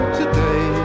today